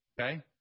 okay